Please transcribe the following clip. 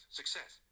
success